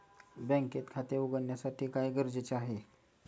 बँकेत खाते उघडण्यासाठी काय गरजेचे आहे?